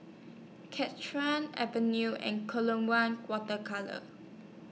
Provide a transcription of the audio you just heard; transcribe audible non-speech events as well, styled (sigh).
(unintelligible) Avenue and (unintelligible) Water Colours